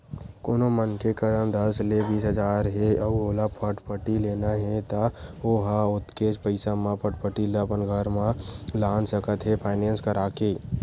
कोनो मनखे करन दस ले बीस हजार हे अउ ओला फटफटी लेना हे त ओ ह ओतकेच पइसा म फटफटी ल अपन घर म लान सकत हे फायनेंस करा के